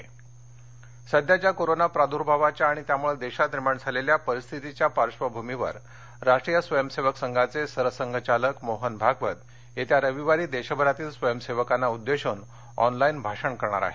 सरसंघचालक सध्याच्या कोरोना प्रादूर्भावाच्या आणि त्यामुळं देशात निर्माण झालेल्या परिस्थितीच्या पार्श्वभूमीवर राष्ट्रीय स्वयंसेवक संघाचे सरसंघचालक मोहन भागवत येत्या रविवारी देशभरातील स्वयंसेवकांना उद्देशून ऑनलाईन भाषण करणार आहेत